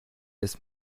ist